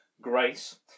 grace